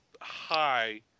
high